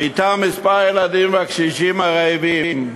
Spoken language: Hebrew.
ואתם מספר הילדים והקשישים הרעבים,